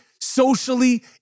socially